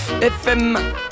FM